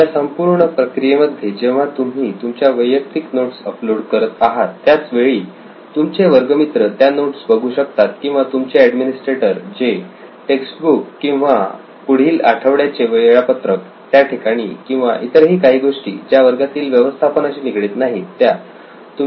या संपूर्ण प्रक्रियेमध्ये जेव्हा तुम्ही तुमच्या वैयक्तिक नोट्स अपलोड करत आहात त्याच वेळी तुमचे वर्गमित्र त्या नोट्स बघू शकतात किंवा तुमचे ऍडमिनिस्ट्रेटर जे टेक्सबुक किंवा पुढील आठवड्याचे वेळापत्रक त्या ठिकाणी किंवा इतरही काही गोष्टी ज्या वर्गातील व्यवस्थापनाशी निगडीत नाहीत त्या तुमच्याशी देवाण घेवाण करु शकतात